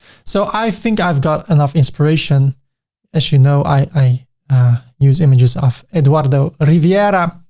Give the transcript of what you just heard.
so i think i've got enough inspiration as you know, i use images off eduardo riviera.